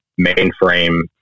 mainframe